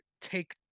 take